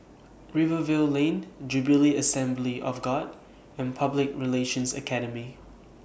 Rivervale Lane Jubilee Assembly of God and Public Relations Academy